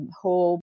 whole